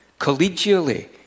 collegially